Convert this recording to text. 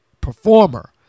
performer